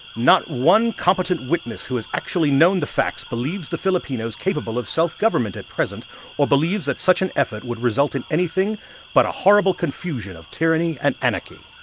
not one competent witness who has actually known the facts believes the filipinos capable of self-government at present or believes that such an effort would result in anything but a horrible confusion of tyranny and anarchy.